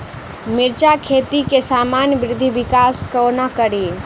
मिर्चा खेती केँ सामान्य वृद्धि विकास कोना करि?